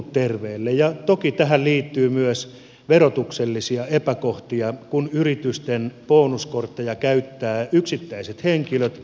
ja toki tähän liittyy myös verotuksellisia epäkohtia kun yritysten bonuskortteja käyttävät yksittäiset henkilöt